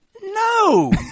No